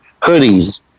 hoodies